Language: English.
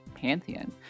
pantheon